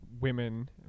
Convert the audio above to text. women